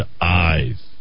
eyes